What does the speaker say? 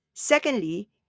Secondly